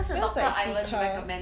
smells like Cica